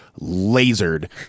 lasered